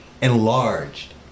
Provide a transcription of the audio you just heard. enlarged